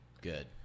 Good